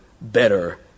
better